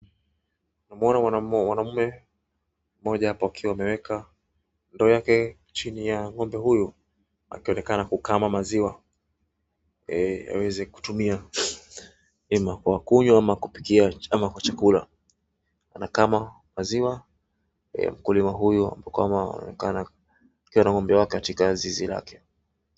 Na muona mwanaume mmoja hapa akiwa ameweka ndoo yake chini ya ng`ombe huyu akionekana kukama maziwa aweze kutumia kwa kunywa au kwa chakula, anakama maziwa mkulima huyu akiwa na ng`ombe katika zizi lake .